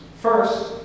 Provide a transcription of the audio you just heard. First